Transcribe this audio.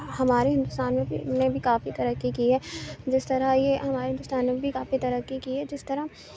ہمارے ہندوستان نے بھی نے بھی کافی ترقی کی ہے جس طرح یہ ہمارے ہندوستان نے بھی کافی ترقی کی ہے جس طرح